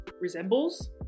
resembles